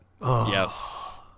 Yes